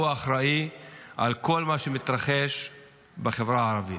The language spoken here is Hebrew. הוא האחראי על כל מה שמתרחש בחברה הערבית.